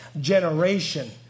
generation